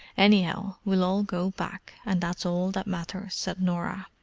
anyhow, we'll all go back and that's all that matters, said norah.